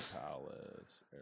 Palace